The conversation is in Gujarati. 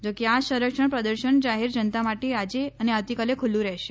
જો કે આ સંરક્ષણ પ્રદર્શન જાહેર જનતા માટે આજે અને આવતીકાલે ખુલ્લુ રહેશે